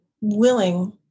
willing